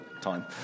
time